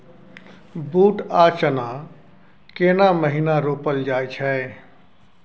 बूट आ चना केना महिना रोपल जाय छै?